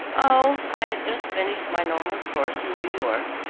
oh, i had just finished my normal course in new york,